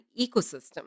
ecosystem